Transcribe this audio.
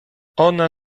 ona